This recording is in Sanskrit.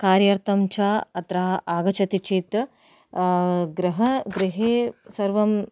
कार्यार्थं च अत्र आगच्छति चेत् गृह गृहे सर्वं